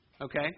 Okay